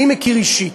אני מכיר אישית,